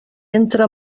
entra